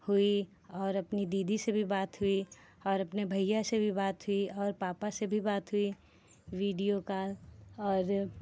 हुई और अपनी दीदी से भी बात हुई और अपने भैया से भी बात हुई और पापा से भी बात हुई वीडियो कॉल और